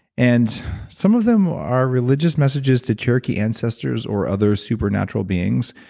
and some of them are religious messages to cherokee ancestors or other supernatural beings.